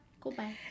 Goodbye